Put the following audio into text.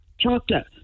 chocolate